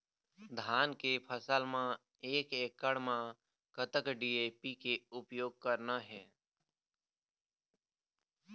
धान के फसल म एक एकड़ म कतक डी.ए.पी के उपयोग करना हे?